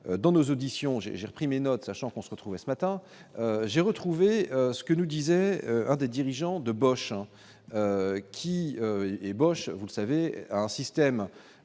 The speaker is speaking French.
dans nos auditions, j'ai repris mes notes, sachant qu'on se retrouvait ce matin, j'ai retrouvé ce que nous disait un des dirigeants de Beauchamp, qui ébauche, vous savez, un système